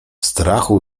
strachu